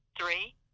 three